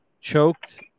choked